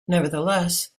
nevertheless